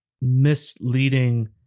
misleading